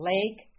Lake